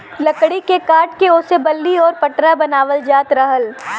लकड़ी के काट के ओसे बल्ली आउर पटरा बनावल जात रहल